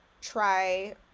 try